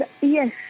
Yes